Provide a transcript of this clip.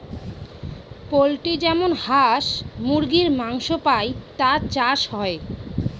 poultry যেমন হাঁস মুরগীর মাংস পাই তার চাষ হয়